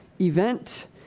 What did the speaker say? event